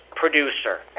producer